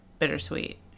bittersweet